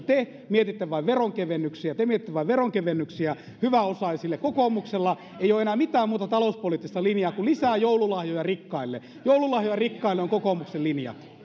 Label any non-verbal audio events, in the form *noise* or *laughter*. *unintelligible* te mietitte vain veronkevennyksiä te mietitte vain veronkevennyksiä hyväosaisille kokoomuksella ei ole enää mitään muuta talouspoliittista linjaa kuin lisää joululahjoja rikkaille joululahjoja rikkaille on kokoomuksen linja